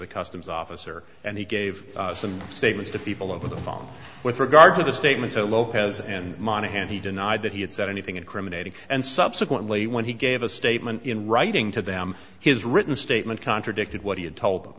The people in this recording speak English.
the customs officer and he gave some statements to people over the phone with regard to the statement to lopez and monaghan he denied that he had said anything incriminating and subsequently when he gave a statement in writing to them his written statement contradicted what he had told